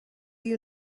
you